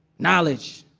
knowledge,